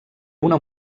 una